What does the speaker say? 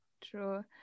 true